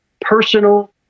personal